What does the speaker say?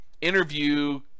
interview